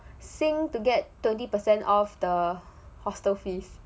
sing to get thirty percent off the hostel fees